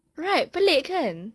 right pelik kan